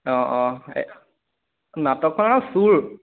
অঁ অঁ নাটকখনৰ নাম চোৰ